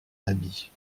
habit